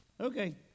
Okay